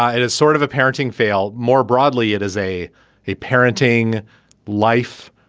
ah it is sort of a parenting fail. more broadly it is a a parenting life.